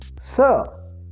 Sir